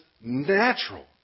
natural